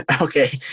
okay